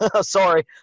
sorry